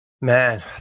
Man